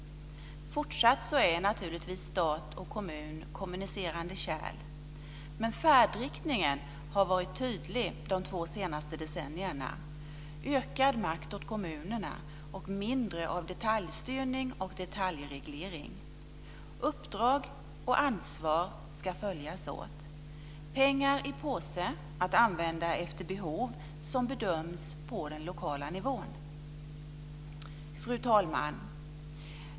Fortsatt är naturligtvis stat och kommun kommunicerande kärl, men färdriktningen har varit tydlig under de två senaste decennierna, dvs. ökad makt åt kommunerna och mindre av detaljstyrning och detaljreglering. Uppdrag och ansvar ska följas åt. Det ska vara pengar i påse för att användas efter behov - som bedöms på den lokala nivån. Fru talman!